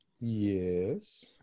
Yes